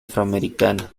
afroamericana